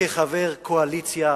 כחבר קואליציה,